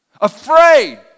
afraid